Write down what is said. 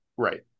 Right